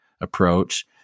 approach